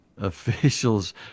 officials